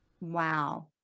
Wow